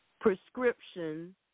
prescription